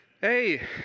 hey